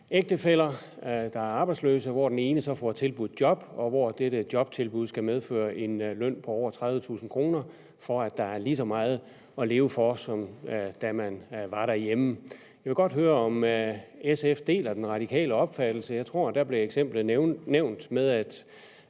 ægtefæller, der er arbejdsløse, hvor den ene så får tilbudt et job, og hvor dette jobtilbud skal medføre en løn på over 30.000 kr. om måneden, for at der er lige så meget at leve for, som da vedkommende gik derhjemme. Jeg vil godt høre, om SF deler De Radikales opfattelse. Der blev nævnt det